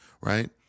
right